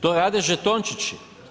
To rade žetončići.